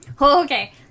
Okay